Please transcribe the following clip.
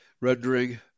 rendering